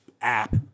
app